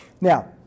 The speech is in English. Now